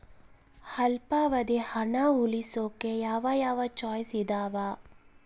ಅಲ್ಪಾವಧಿ ಹಣ ಉಳಿಸೋಕೆ ಯಾವ ಯಾವ ಚಾಯ್ಸ್ ಇದಾವ?